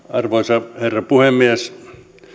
arvoisa herra puhemies